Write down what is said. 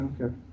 okay